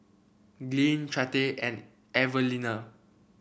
Glynn Chante and Evalena